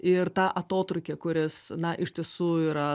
ir tą atotrūkį kuris na iš tiesų yra